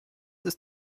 ist